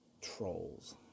trolls